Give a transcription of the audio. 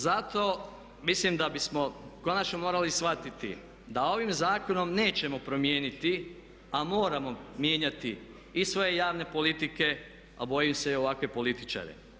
Zato mislim da bismo konačno morali shvatiti da ovim zakonom nećemo promijeniti a moramo mijenjati i svoje javne politike a bojim se i ovakve političare.